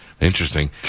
Interesting